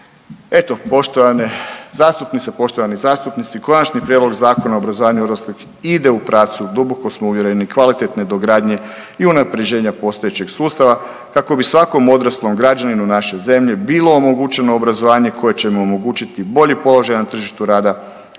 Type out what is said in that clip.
poštovani zastupnici, Konačni prijedlog Zakona o obrazovanju odraslih ide u pravcu, duboko smo uvjereni, kvalitetne dogradnje i unaprjeđenja postojećeg sustava, kako bi svakom odraslom građaninu naše zemlje bilo omogućeno obrazovanje koje će mu omogućiti bolji položaj na tržištu rada,